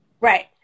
Right